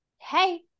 hey